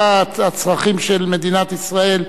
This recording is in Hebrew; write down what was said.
הצרכים של מדינת ישראל,